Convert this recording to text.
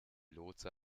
lotse